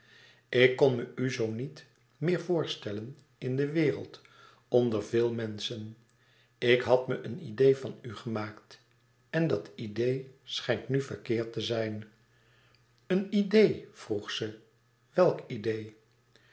ik kon me u zoo niet meer voorstellen in de wereld onder veel menschen ik had me een idee van u gemaakt en dat idee schijnt nu verkeerd te zijn een idee vroeg ze welk idee